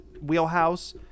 wheelhouse